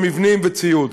מבנים וציוד.